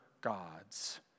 God's